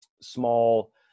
small